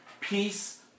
Peace